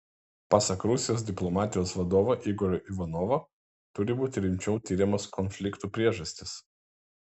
pasak rusijos diplomatijos vadovo igorio ivanovo turi būti rimčiau tiriamos konfliktų priežastys